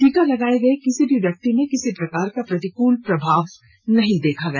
टीका लगाए गए किसी भी व्यक्ति में किसी प्रकार का प्रतिकूल प्रभाव नहीं देखा गया